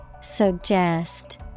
Suggest